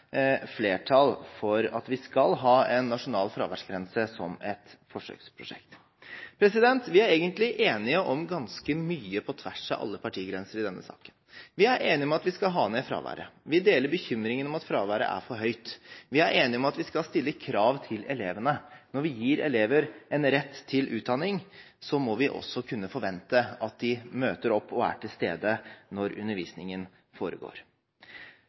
flertall for at vi skal ha en nasjonal fraværsgrense som et forsøksprosjekt. Vi er egentlig enige om ganske mye på tvers av alle partigrenser i denne saken. Vi er enige om at vi skal ha ned fraværet. Vi deler bekymringen om at fraværet er for høyt. Vi er enige om at vi skal stille krav til elevene. Når vi gir elever rett til utdanning, må vi også kunne forvente at de møter opp og er til stede når undervisningen foregår.